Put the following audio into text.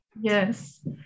Yes